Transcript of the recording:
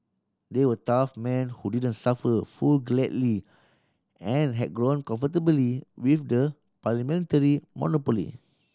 they were tough men who didn't suffer fool gladly and had grown comfortably with the parliamentary monopoly